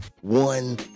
One